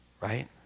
Right